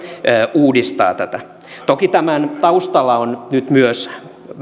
uudistaa tätä toki tämän taustalla on nyt myös